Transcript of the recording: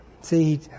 See